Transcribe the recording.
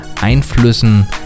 Einflüssen